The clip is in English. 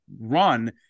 run